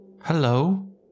Hello